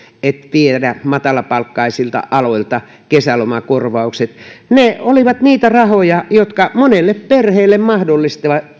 viedä matalapalkkaisilta aloilta kesälomakorvaukset ne olivat rahoja jotka monelle perheelle mahdollistavat